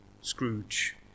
Scrooge